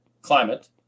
climate